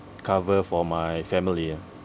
cover for my family ah